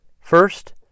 First